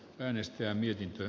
arvoisa puhemies